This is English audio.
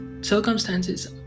Circumstances